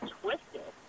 twisted